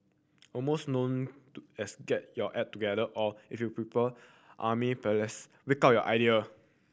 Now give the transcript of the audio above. almost known to as get your act together or if you prepare army parlance wake up your idea